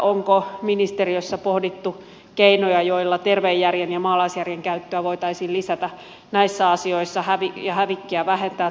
onko ministeriössä pohdittu keinoja joilla terveen järjen ja maalaisjärjen käyttöä voitaisiin lisätä näissä asioissa ja hävikkiä vähentää turvallisilla keinoilla